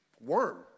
Worm